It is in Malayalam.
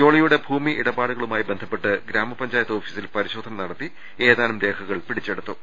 ജോളിയുടെ ഭൂമി ഇട പാടുകളുമായി ബന്ധപ്പെട്ട് ഗ്രാമപഞ്ചായത്ത് ഓഫീസിൽ പരിശോ ധന നടത്തി രേഖകൾ പിടിച്ചെടുത്തിട്ടുണ്ട്